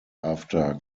after